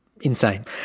insane